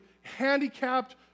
handicapped